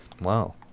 wow